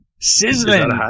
Sizzling